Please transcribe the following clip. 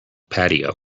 patio